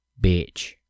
bitch